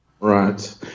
Right